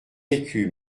écus